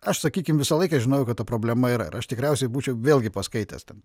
aš sakykim visą laiką žinojau kad ta problema yra aš tikriausiai būčiau vėlgi paskaitęs ten